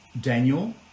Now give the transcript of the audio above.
Daniel